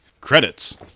Credits